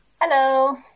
Hello